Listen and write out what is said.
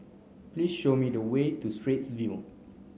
please show me the way to Straits View